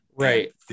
Right